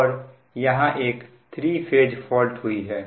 और यहां एक थ्री फेज फॉल्ट हुई है